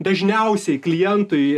dažniausiai klientui